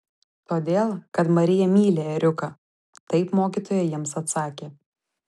todėl kad marija myli ėriuką taip mokytoja jiems atsakė